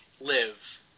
live